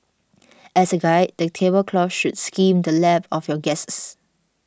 as a guide the table cloth should skim the lap of your guests